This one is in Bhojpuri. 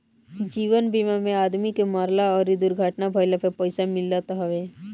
जीवन बीमा में आदमी के मरला अउरी दुर्घटना भईला पे पईसा मिलत हवे